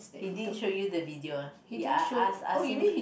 he didn't show you the video uh ya ask ask him